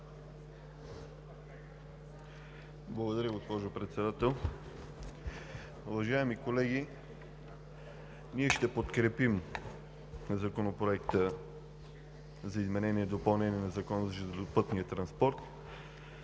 Благодаря, госпожо Председател. Уважаеми колеги, ние ще подкрепим Законопроекта за изменение и допълнение на Закона за железопътния транспорт